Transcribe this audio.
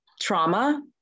trauma